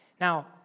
Now